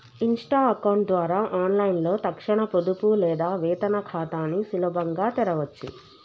Insta account ద్వారా ఆన్లైన్లో తక్షణ పొదుపు లేదా వేతన ఖాతాని సులభంగా తెరవచ్చు